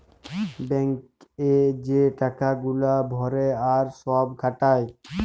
bank এ যে টাকা গুলা ভরে আর সব খাটায়